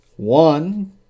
One